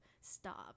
stop